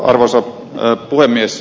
arvoisa puhemies